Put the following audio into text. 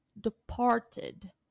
departed